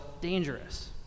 dangerous